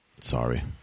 Sorry